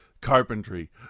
carpentry